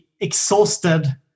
exhausted